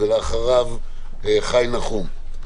ואחריו חי נחום.